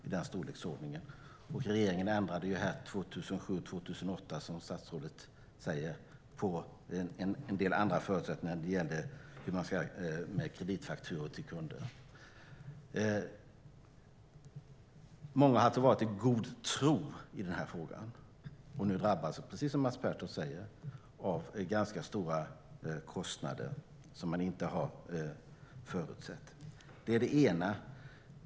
Och, som statsrådet säger, ändrade regeringen 2007, 2008 på en del andra förutsättningar när det gäller kreditfakturor till kunder. Många har alltså handlat i god tro i den här frågan. De drabbas nu, precis som Mats Pertoft säger, av ganska stora kostnader som de inte har förutsett. Det är det ena.